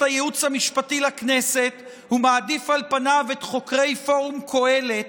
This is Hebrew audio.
הייעוץ המשפטי לכנסת ומעדיף על פניו את חוקרי פורום קהלת